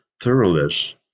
thoroughness